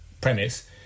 premise